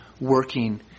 working